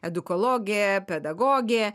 edukologė pedagogė